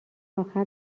آخر